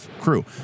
crew